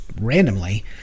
randomly